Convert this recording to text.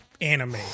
anime